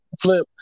flip